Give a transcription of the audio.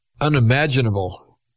unimaginable